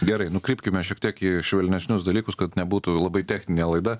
gerai nukrypkime šiek tiek į švelnesnius dalykus kad nebūtų labai techninė laida